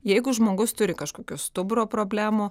jeigu žmogus turi kažkokių stuburo problemų